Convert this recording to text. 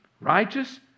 Righteous